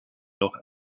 noch